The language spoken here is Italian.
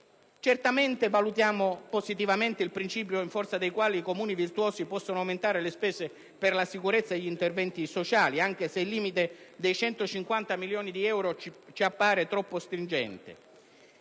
D'ALIA). Valutiamo positivamente il principio in forza del quale i Comuni virtuosi possono aumentare le spese per la sicurezza e gli interventi sociali, anche se il limite di 150 milioni di euro ci appare troppo stringente.